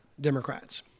Democrats